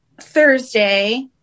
Thursday